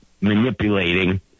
manipulating